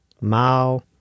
Mao